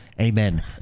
Amen